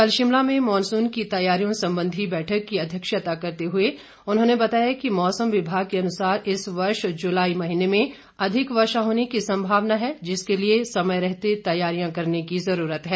कल शिमला में मानसून की तैयारियों संबंधित बैठक की अध्यक्षता की करते हुए उन्होंने बताया कि मौसम विभाग के अनुसार इस वर्ष जुलाई महीने में अधिक वर्षा होने की संभावना है जिसके लिए समय रहते तैयारियां करने की जरूरत है